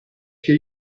che